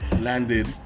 landed